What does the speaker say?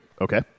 Okay